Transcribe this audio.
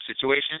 situation